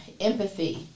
empathy